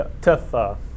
Tough